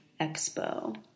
Expo